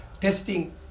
testing